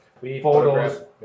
photos